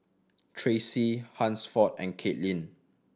Tracie Hansford and Caitlyn